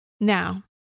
Now